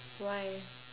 why